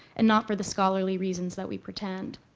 and not for the scholarly reasons that we pretend.